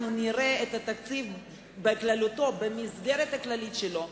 אנחנו נראה את התקציב במסגרת הכללית שלו,